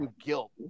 guilt